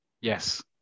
Yes